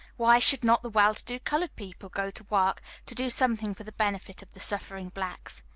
why should not the well-to-do colored people go to work to do something for the benefit of the suffering blacks?